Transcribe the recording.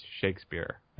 shakespeare